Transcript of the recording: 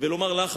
ולומר לך,